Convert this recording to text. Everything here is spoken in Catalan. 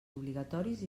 obligatoris